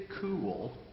cool